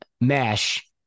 mesh